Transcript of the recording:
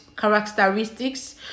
characteristics